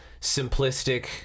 simplistic